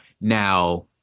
Now